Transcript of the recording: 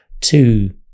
two